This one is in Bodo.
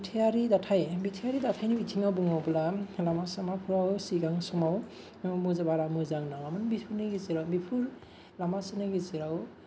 बिथायारि दाथाय बिथायारि दाथायनि बिथिङाव बुङोब्ला लामा सामाफोराव सिगां समाव बारा मोजां नङामोन बेफोरनि गेजेराव बेफोर लामा सुरनाय गेजेराव